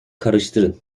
karıştırın